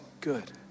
good